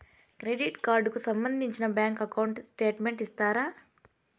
Credit card కు సంబంధించిన bank account statement ఇస్తారా?